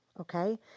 Okay